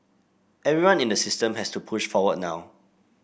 everyone in the system has to push forward now